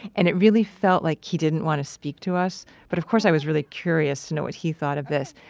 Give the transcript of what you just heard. and it really felt like he didn't want to speak to us, but of course i was really curious to know what he thought of this.